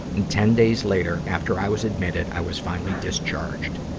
and ten days later, after i was admitted, i was finally discharged.